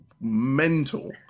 mental